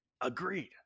Agreed